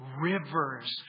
rivers